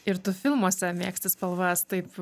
ir tu filmuose mėgsti spalvas taip